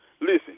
listen